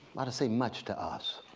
to say much to us,